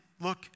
look